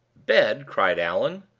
bed! cried allan,